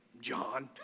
John